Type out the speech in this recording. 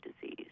disease